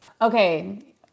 Okay